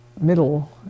middle